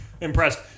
impressed